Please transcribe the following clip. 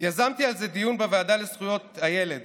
יזמתי על זה דיון בוועדה לזכויות הילד